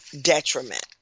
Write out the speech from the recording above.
detriment